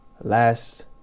last